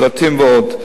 שלטים ועוד.